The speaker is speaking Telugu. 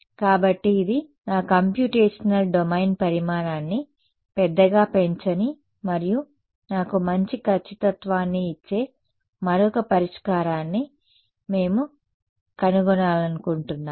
కాబట్టి ఇది నా కంప్యూటేషనల్ డొమైన్ పరిమాణాన్ని పెద్దగా పెంచని మరియు నాకు మంచి ఖచ్చితత్వాన్ని ఇచ్చే మరొక పరిష్కారాన్ని మేము కనుగొనాలనుకుంటున్నాము